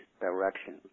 direction